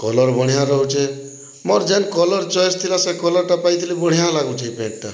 colour ବଢ଼ିଆ ରହୁଛେ ମୋର୍ ଜେନ୍ କଲର୍ ଚଏସ୍ ଥିଲା ସେ କଲର୍ଟା ପାଇଥିଲି ବଢ଼ିଆ ଲାଗୁଛେ ଇ ପେଣ୍ଟ୍ଟା